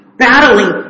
battling